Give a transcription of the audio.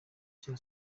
cya